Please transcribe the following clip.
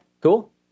cool